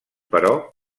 però